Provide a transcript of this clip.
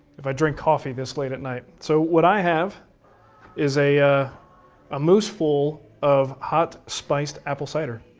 if i drink coffee this late at night, so what i have is a ah ah moose full of hot spiced apple cider.